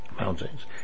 mountains